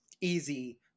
easy